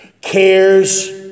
cares